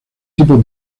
tipo